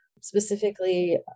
specifically